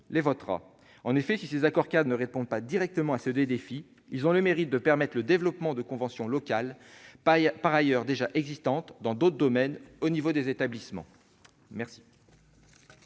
les votera. En effet, si ces accords-cadres ne répondent pas directement à ces deux défis, ils ont le mérite de permettre le développement de conventions locales, par ailleurs déjà existantes dans d'autres domaines au niveau des établissements. La